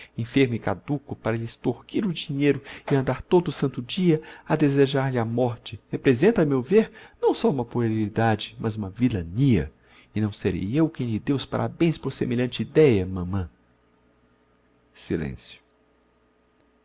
enfermo e caduco para lhe extorquir o dinheiro e andar todo o santo dia a desejar lhe a morte representa a meu vêr não só uma puerilidade mas uma vilania e não serei eu quem lhe dê os parabens por semelhante ideia mamã silencio